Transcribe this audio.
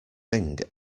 thing